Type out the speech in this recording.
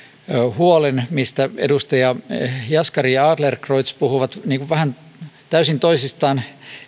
mistä edustajat jaskari ja adlercreutz puhuivat täysin toisistaan